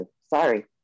Sorry